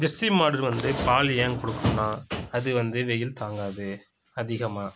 Jersey மாடுகள் வந்து பால் ஏன் கொடுக்கும்னா அது வந்து வெயில் தாங்காது அதிகமாக